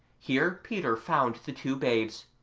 here peter found the two babes,